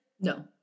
No